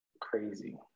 Crazy